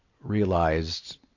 realized